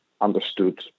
understood